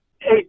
hey